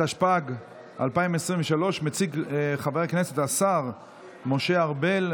התשפ"ג 2023. מציג חבר הכנסת השר משה ארבל,